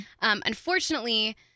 Unfortunately